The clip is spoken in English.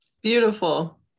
Beautiful